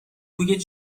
بوی